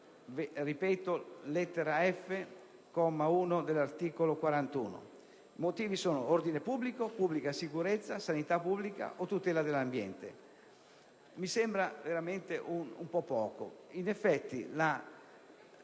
requisiti sono: ordine pubblico, pubblica sicurezza, sanità pubblica o tutela dell'ambiente. Mi sembra veramente un po' poco.